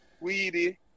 weedy